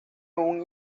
una